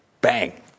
Bang